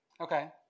Okay